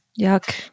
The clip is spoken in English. Yuck